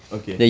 okay